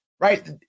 Right